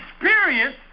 experience